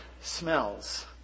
smells